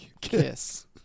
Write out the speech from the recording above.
Kiss